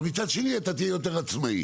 אבל מצד שני אתה תהיה יותר עצמאי.